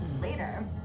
Later